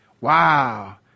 Wow